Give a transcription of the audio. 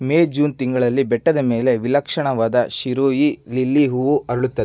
May June ತಿಂಗಳಲ್ಲಿ ಬೆಟ್ಟದ ಮೇಲೆ ವಿಲಕ್ಷಣವಾದ ಶಿರೊಯಿ ಲಿಲ್ಲಿ ಹೂವು ಅರಳುತ್ತದೆ